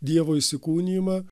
dievo įsikūnijimą